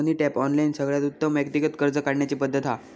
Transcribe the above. मनी tap, online सगळ्यात उत्तम व्यक्तिगत कर्ज काढण्याची पद्धत हा